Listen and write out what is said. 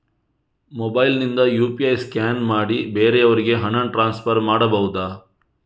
Mobile ನಿಂದ UPI scan ಮಾಡಿ ಬೇರೆಯವರಿಗೆ ಹಣ ಟ್ರಾನ್ಸ್ಫರ್ ಮಾಡಬಹುದ?